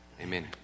amen